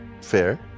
Fair